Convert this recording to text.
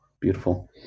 Beautiful